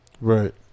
Right